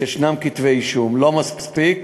ישנם כתבי אישום, לא מספיק,